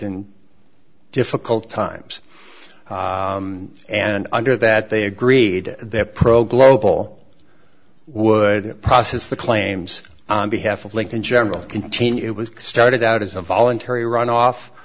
in difficult times and under that they agreed the program opel would process the claims on behalf of lincoln general continue it was started out as a voluntary runoff